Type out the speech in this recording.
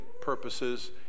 purposes